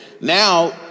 now